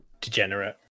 Degenerate